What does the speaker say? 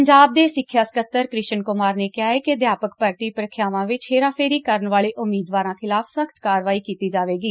ਪੰਜਾਬ ਦੇ ਸਿੱਖਿਆ ਸਕੱਤਰ ਕਿਰਸ਼ਨ ਕੁਮਾਰ ਨੇ ਕਿਹਾ ਏ ਕਿ ਅਧਿਆਪਕ ਭਰਤੀ ਪ੍ੀਖਿਆਵਾਂ ਵਿੱਚ ਹੇਰਾਫੇਰੀ ਕਰਨ ਵਾਲੇ ਉਮੀਦਵਾਰਾਂ ਖਿਲਾਫ ਸਖ਼ਤ ਕਾਰਵਾਈ ਕੀਤੀ ਜਾਵੇਗੀ